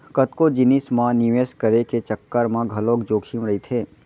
कतको जिनिस म निवेस करे के चक्कर म घलोक जोखिम रहिथे